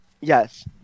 Yes